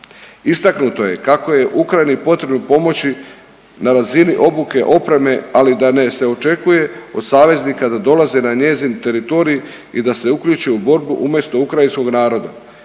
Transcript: Istaknuto je kako je Ukrajini potrebno pomoći na razini obuke opreme, ali da ne se očekuje od saveznika da dolaze na njezin teritorij i da se uključe u borbu umjesto ukrajinskog naroda.